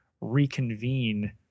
reconvene